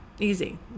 easy